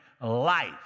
life